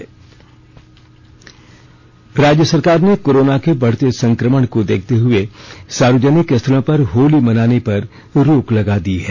corona guideline राज्य सरकार ने कोरोना के बढ़ते संक्रमण को देखते हुए सार्वजनिक स्थलों पर होली मनाने पर रोक लगा दी है